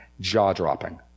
jaw-dropping